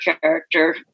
character